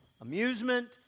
amusement